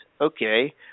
okay